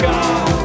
God